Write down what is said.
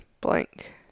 blank